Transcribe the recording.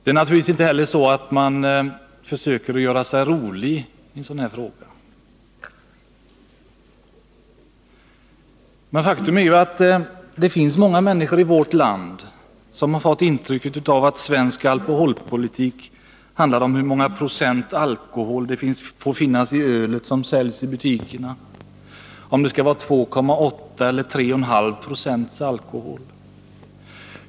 Det är naturligtvis inte så att man försöker göra sig rolig i sådana här frågor, men faktum är att många människor i vårt land har fått intrycket att svensk alkoholpolitik handlar om hur många alkoholprocent som får finnas i det öl som säljs i butikerna, t.ex. om det skall vara 2,8 926 eller 3,5 Zo alkoholstyrka.